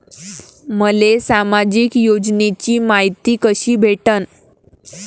मले सामाजिक योजनेची मायती कशी भेटन?